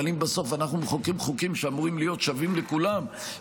אבל אם בסוף אנחנו מחוקקים חוקים שאמורים להיות שווים לכולם,